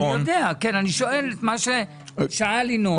אני יודע, אני שואל את מה ששאל ינון.